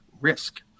risk